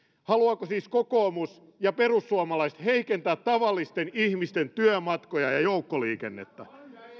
haluavatko siis kokoomus ja perussuomalaiset heikentää tavallisten ihmisten työmatkoja ja joukkoliikennettä